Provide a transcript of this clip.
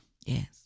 Yes